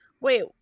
Wait